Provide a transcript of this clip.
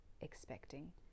expecting